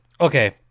Okay